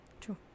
True